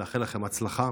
ולאחל לכם הצלחה